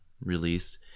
released